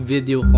Video